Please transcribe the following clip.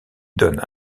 donne